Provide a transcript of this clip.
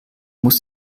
muss